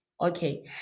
Okay